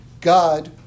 God